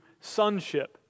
sonship